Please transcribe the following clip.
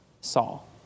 Saul